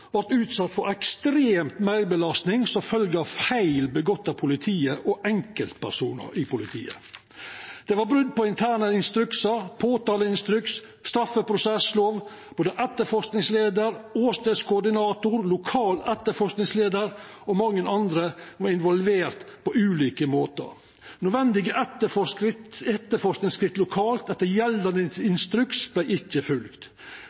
utsett for ei ekstrem meirbelasting som følgje av feil gjort av politiet og enkeltpersonar i politiet. Det var brot på interne instruksar, påtaleinstruks og straffeprosesslov. Både etterforskingsleiar, åstadskoordinator, lokal etterforskingsleiar og mange andre var involverte på ulike måtar. Nødvendige etterforskingsskritt lokalt etter gjeldande instruks vart ikkje